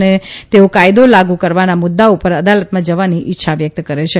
અને તેઓ કાયદો લાગુ કરવાના મુદ્દા ઉપર અદાલતમાં જવાની ઇચ્છા વ્યકત કરે છે